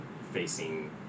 facing